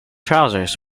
trousers